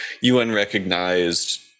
UN-recognized